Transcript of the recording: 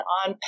on